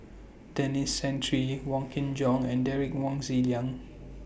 Denis Santry Wong Kin Jong and Derek Wong Zi Liang